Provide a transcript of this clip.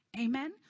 Amen